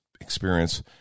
experience